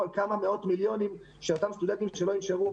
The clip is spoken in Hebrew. על כמה מאות מיליוני שקלים כדי שאותם סטודנטים לא ינשרו.